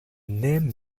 name